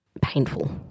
painful